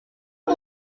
w’u